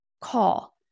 call